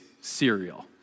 cereal